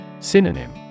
Synonym